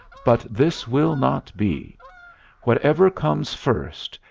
but this will not be whatever comes first,